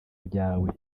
ryawe